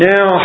Now